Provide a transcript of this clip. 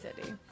City